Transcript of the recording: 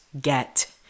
get